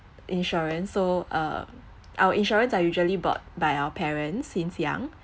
insurance so uh our insurance are usually bought by our parents since young